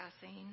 passing